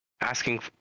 asking